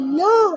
no